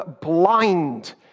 blind